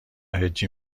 هجی